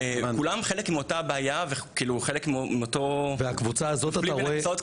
כולם חלק מאותה הבעיה שנופלת בין הכיסאות.